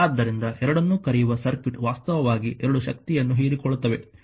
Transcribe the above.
ಆದ್ದರಿಂದ ಎರಡನ್ನೂ ಕರೆಯುವ ಸರ್ಕ್ಯೂಟ್ ವಾಸ್ತವವಾಗಿ ಎರಡೂ ಶಕ್ತಿಯನ್ನು ಹೀರಿಕೊಳ್ಳುತ್ತವೆ